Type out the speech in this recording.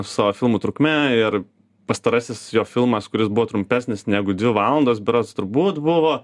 su savo filmų trukme ir pastarasis jo filmas kuris buvo trumpesnis negu dvi valandos berods turbūt buvo